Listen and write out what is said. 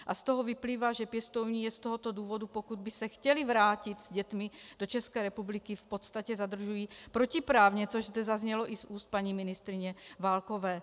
A z toho vyplývá, že pěstouni je z tohoto důvodu, pokud by se chtěli vrátit s dětmi do České republiky, v podstatě zadržují protiprávně, což zde zaznělo i z úst paní ministryně Válkové.